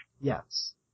Yes